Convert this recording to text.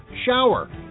shower